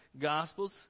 Gospels